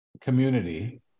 Community